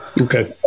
Okay